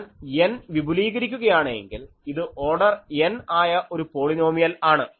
ഞാൻ N വിപുലീകരിക്കുകയാണെങ്കിൽ ഇത് ഓർഡർ n ആയ ഒരു പോളിനോമിയൽ ആണ്